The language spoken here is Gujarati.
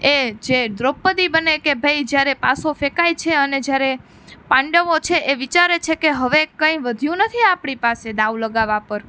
એ જે દ્રોપદી બને કે ભાઈ જ્યારે પાસો ફેંકાય છે અને જ્યારે પાંડવો છે એ વિચારે છે કે હવે કંઈ વધ્યું નથી આપણી પાસે દાવ લગાવા પર